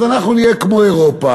אז אנחנו נהיה כמו אירופה,